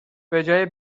بجای